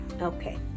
Okay